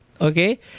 Okay